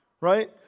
right